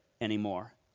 anymore